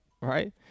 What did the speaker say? right